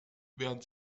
wären